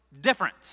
different